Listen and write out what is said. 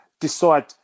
decide